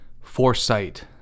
foresight